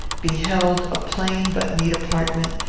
beheld a plain but neat apartment,